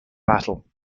battle